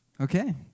okay